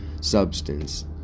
substance